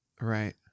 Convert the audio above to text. Right